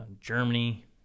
Germany